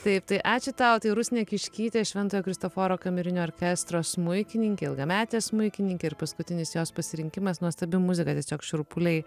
taip tai ačiū tau tai rusnė kiškytė šventojo kristoforo kamerinio orkestro smuikininkė ilgametė smuikininkė ir paskutinis jos pasirinkimas nuostabi muzika tiesiog šiurpuliai